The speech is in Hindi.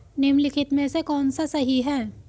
निम्नलिखित में से कौन सा सही है?